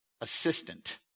assistant